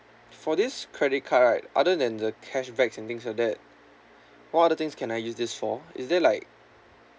for this credit card right other than the cashback and things like what other things that I can use this for is there like